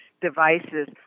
devices